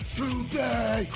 today